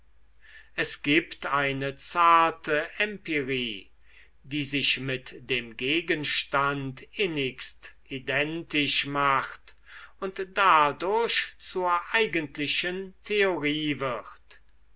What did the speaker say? es gibt eine zarte empirie die sich mit dem gegenstand innigst identisch macht und dadurch zur eigentlichen theorie wird